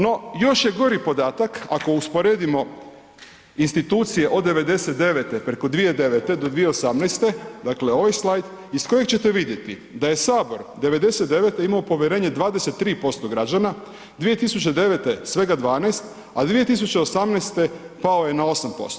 No, još je gori podatak ako usporedimo institucije od 1999. preko 2009. do 2018., dakle, ovaj slajd, iz kojeg ćete vidjeti da je HS 1999. imao povjerenje 23% građana, 2009. svega 12, a 2018. pao je na 8%